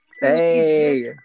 Hey